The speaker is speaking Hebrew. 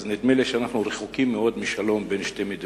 אז נדמה לי שאנחנו רחוקים מאוד משלום בין שתי מדינות.